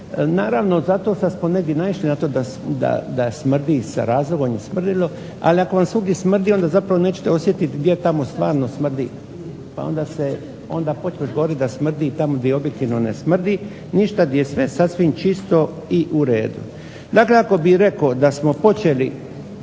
naravno zato što smo negdje naišli na to da smrdi, sa razlogom je smrdilo, ali ako vam svugdje smrdi onda zapravo nećete osjetit gdje tamo stvarno smrdi, onda počneš govorit da smrdi i tamo gdje objektivno ne smrdi ništa gdje je sve sasvim čisto i u redu. Dakle, ako bih rekao da smo počeli